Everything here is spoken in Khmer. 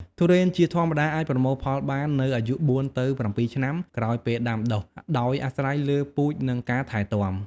ទុរេនជាធម្មតាអាចប្រមូលផលបាននៅអាយុ ៤ ទៅ ៧ ឆ្នាំ ក្រោយពេលដាំដុះ ដោយអាស្រ័យលើពូជ និងការថែទាំ។